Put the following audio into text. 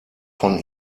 von